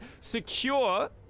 secure